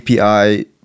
API